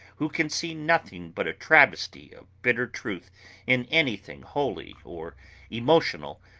who can see nothing but a travesty of bitter truth in anything holy or emotional,